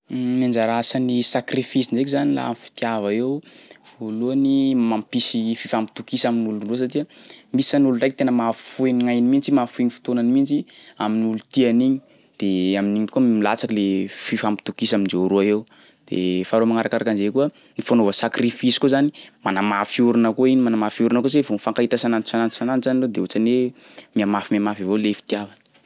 Ny anjara asan'ny sacrifice ndraiky zany laha am'fitiava io voalohany, mampisy fifampitokisa amin'olo roa satria misy zany olo raiky tena mahafoy gn'ainy mihitsy, mahafoy ny fotoanany mihitsy amin'olo tiany igny de amin'igny tokoa milatsaky le fifampitokisa amindreo roa eo de faharoa magnarakaraka annizay koa ny fanaova sacrifice koa zany manamafy orina koa igny manamafy orina satria vao mifankahita isan'andro isan'andro isan'andro zany reo de ohatrany hoe mihamafy mihamafy avao le fitiavana.